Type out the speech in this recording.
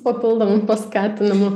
papildomu paskatinimu